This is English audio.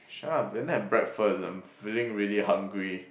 shut up I didn't have breakfast I'm feeling really hungry